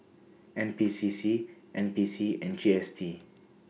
N P C C N P C and G S T